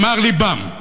במר לבם,